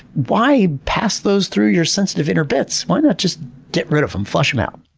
why pass those through your sensitive inner bits? why not just get rid of them, flush em out.